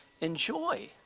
enjoy